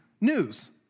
news